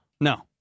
No